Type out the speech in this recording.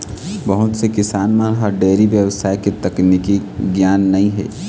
बहुत से किसान मन ल डेयरी बेवसाय के तकनीकी गियान नइ हे